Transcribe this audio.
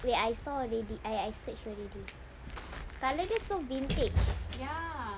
I saw already I search already colour dia so vintage